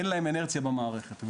אין להן אינרציה במערכת.